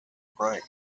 brain